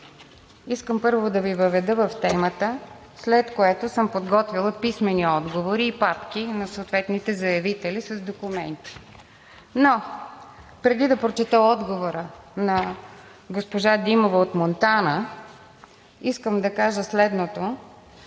Искам първо да Ви въведа в темата, след което съм подготвила писмени отговори и папки на съответните заявители с документи. Преди да прочета отговора на госпожа Димова от Монтана, искам да кажа следното